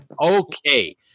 Okay